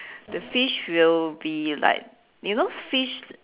the fish will be like you know fish